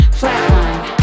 flatline